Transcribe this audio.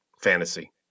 Fantasy